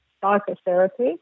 psychotherapy